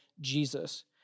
Jesus